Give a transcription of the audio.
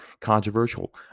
controversial